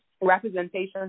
representation